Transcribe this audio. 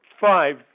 five